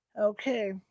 Okay